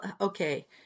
okay